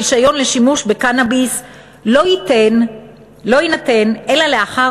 רישיון לשימוש בקנאביס לא יינתן אלא לאחר